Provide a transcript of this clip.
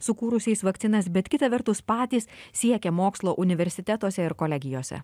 sukūrusiais vakcinas bet kita vertus patys siekia mokslo universitetuose ir kolegijose